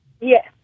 Yes